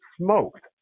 smoked